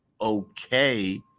okay